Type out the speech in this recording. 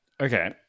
Okay